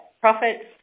profits